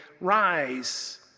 rise